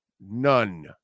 None